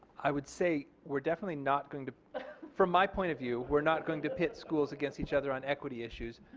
i would say we are definitely not going from my point of view we are not going to pit schools against each other on equity issues.